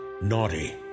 naughty